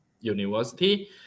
university